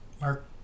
Mark